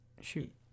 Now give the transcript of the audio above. Shoot